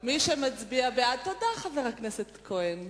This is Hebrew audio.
מי שמצביע בעד, חבר הכנסת כהן,